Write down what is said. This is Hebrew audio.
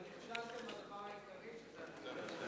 אבל נכשלתם בדבר העיקרי,